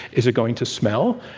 is it going to smell?